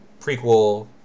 prequel